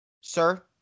Sir